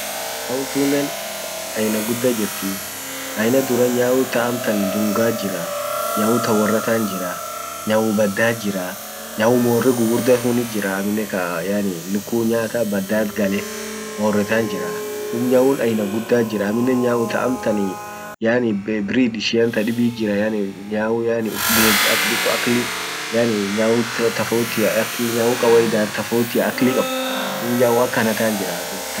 aina gudda jirtii. aina duran nyaun ta amtan dungat jiraa. nyau ta worrat tant jiraa. nyau baddat jiraa nyau morre gugurda tunit jiraa amine kaa yani lukku nyata baddat gale morre tant jiraa. duub nyaun aina guddat jiraa aminen nyau ta amtanii yani bei brid ishia tadibit jiraa yani nyaun yani uf bed ak diqo akli yani nyau tofautia akli nyau kawaida tofautia akli qabd. duub nyau akana tant jiraa duub tana ta an bek.